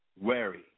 wary